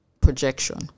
projection